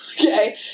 Okay